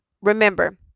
Remember